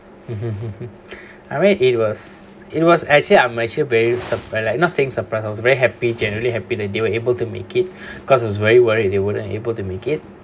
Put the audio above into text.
I mean it was it was actually I'm actual very surprise like not saying I'm surprise I was very happy genuinely happy that they were able to make it cause it's very worried they weren't able to make it